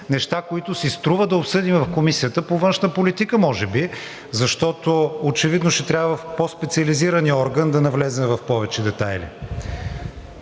неща, които си струва да обсъдим в Комисията по външна политика може би, защото очевидно ще трябва по-специализираният орган да навлезе в повече детайли.